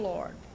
Lord